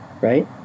right